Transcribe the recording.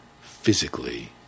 physically